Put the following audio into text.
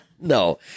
No